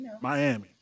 Miami